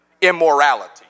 immorality